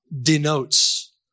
denotes